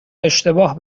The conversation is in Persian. اشتباه